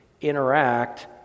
interact